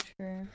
true